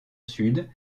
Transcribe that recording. sud